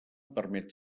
permet